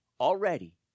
already